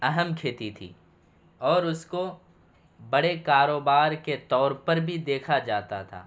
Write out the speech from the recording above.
اہم کھیتی تھی اور اس کو بڑے کاروبار کے طور پر بھی دیکھا جاتا تھا